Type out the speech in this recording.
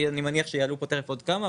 אני מניח שיעלו פה תיכף עוד כמה,